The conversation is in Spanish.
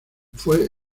fue